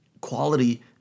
quality